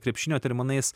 krepšinio terminais